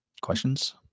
Questions